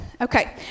Okay